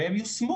והם יושמו